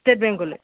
state বেংকলৈ